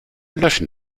löschen